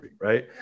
right